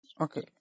okay